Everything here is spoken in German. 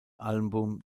album